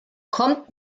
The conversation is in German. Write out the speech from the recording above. kommt